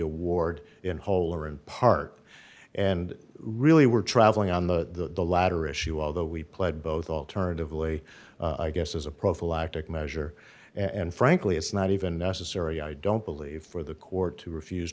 or in part and really were traveling on the latter issue although we played both alternatively i guess as a prophylactic measure and frankly it's not even necessary i don't believe for the court to refuse